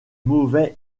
mauvais